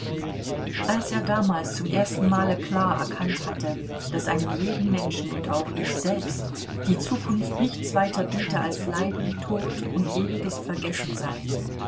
als er damals zum ersten male klar erkannt hatte daß einem jeden menschen und auch ihm selbst die zukunft nichts weiter biete als leiden tod und ewiges vergessensein